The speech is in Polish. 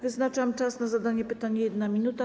Wyznaczam czas na zadanie pytania - 1 minuta.